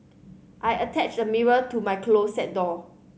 I attached a mirror to my closet door